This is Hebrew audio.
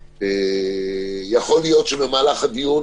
יכול להיות שבמהלך הדיון